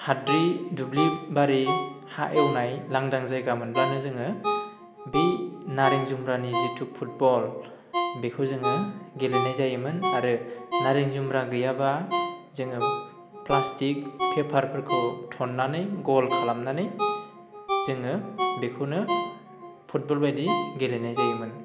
हाद्रि दुब्लिबारि हा एवनाय लांदां जायगा मोनब्लानो जोङो बे नारें जुम्ब्रानि जितु फुटबल बेखौ जोङो गेलेनाय जायोमोन आरो नारें जुम्ब्रा गैयाबा जोङो प्लास्टिक पेपारफोरखौ थननानै गल खालामनानै जोङो बेखौनो फुटबल बायदि गेलेनाय जायोमोन